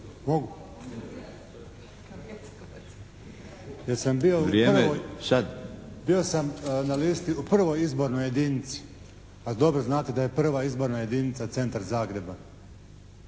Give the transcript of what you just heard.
Bio sam na listi u prvoj izbornoj jedinici, a dobro znate da je prva izborna jedinica centar Zagreba.